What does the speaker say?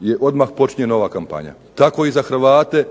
je odmah počinje nova kampanja. Tako i za Hrvate